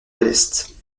modeste